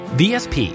vsp